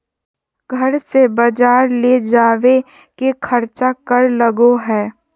घर से बजार ले जावे के खर्चा कर लगो है?